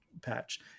patch